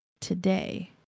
today